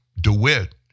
DeWitt